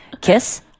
kiss